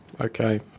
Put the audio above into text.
okay